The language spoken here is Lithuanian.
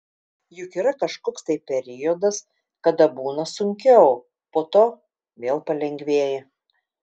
juk yra kažkoks tai periodas kada būna sunkiau po to vėl palengvėja